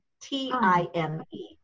T-I-M-E